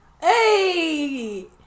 Hey